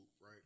right